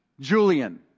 Julian